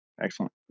Excellent